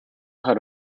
had